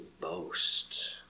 boast